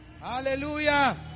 hallelujah